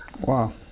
Wow